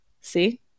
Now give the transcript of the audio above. See